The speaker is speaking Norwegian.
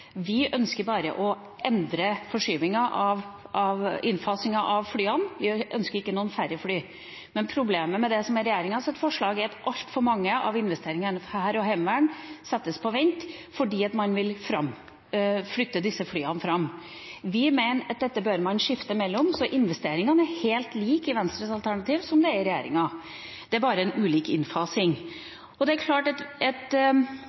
Vi ønsker bare å endre forskyvningen av innfasingen av flyene. Vi ønsker ikke færre fly. Men problemet med det som er regjeringas forslag, er at altfor mange av investeringene innenfor hær og heimevern settes på vent fordi man vil flytte innfasingen av disse flyene fram i tid. Vi mener at dette bør man skifte mellom. Så investeringene er helt like i Venstres alternativ som det er i regjeringas, det er bare en ulik